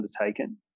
undertaken